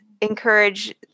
encourage